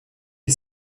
est